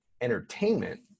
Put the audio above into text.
entertainment